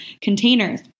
containers